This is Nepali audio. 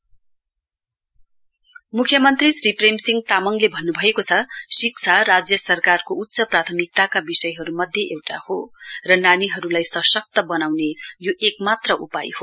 सिएम मुख्यमन्त्री श्री प्रेमसिंह तामाङले भन्नुभएको छ शिक्षा राज्य सरकारको उच्च प्राथमिकता विषयहरुमध्ये एउटा हो र नानीहरुलाई सशक्त बनाउने यो एकमात्र उपाय हो